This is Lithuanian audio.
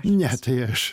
ne tai aš